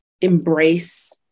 embrace